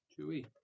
Chewy